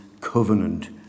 covenant